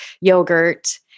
yogurt